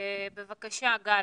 בבקשה, גל.